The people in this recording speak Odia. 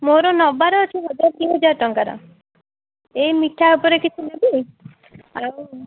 ମୋର ନେବାର ଅଛି ହଜାର ଦୁଇହଜାର ଟଙ୍କାର ଏଇ ମିଠା ଉପରେ କିଛି ନେବି ଆଉ